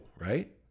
right